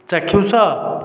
ଚାକ୍ଷୁଷ